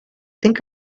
think